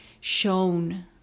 shown